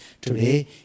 Today